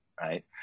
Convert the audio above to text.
right